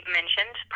mentioned